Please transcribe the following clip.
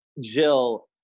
Jill